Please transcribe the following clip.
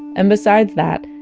and besides that,